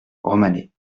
romanée